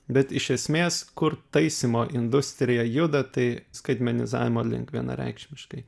bet iš esmės kur taisymo industrija juda tai skaitmenizavimo link vienareikšmiškai